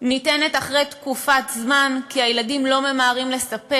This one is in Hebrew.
ניתנת אחרי תקופת זמן, כי הילדים לא ממהרים לספר.